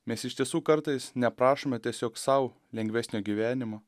mes iš tiesų kartais neprašome tiesiog sau lengvesnio gyvenimo